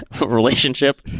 Relationship